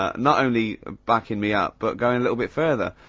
ah not only backin' me up, but goin' a little bit further.